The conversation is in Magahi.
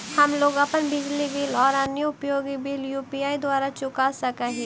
हम लोग अपन बिजली बिल और अन्य उपयोगि बिल यू.पी.आई द्वारा चुका सक ही